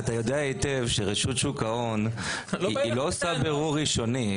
אתה יודע היטב שרשות שוק ההון היא לא עושה בירור ראשוני.